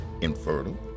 infertile